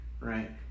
right